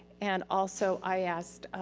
and also i ask